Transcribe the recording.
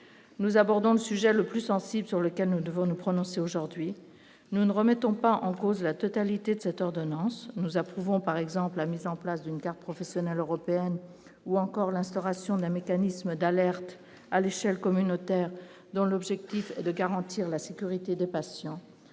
nous abordons le sujet le plus sensible, sur lequel nous devons nous prononcer aujourd'hui nous ne remettons pas en cause la totalité de cette ordonnance nous approuvons par exemple la mise en place d'une carte professionnelle européenne ou encore l'instauration d'un mécanisme d'alerte à l'échelle communautaire dont l'objectif est de garantir la sécurité des patients,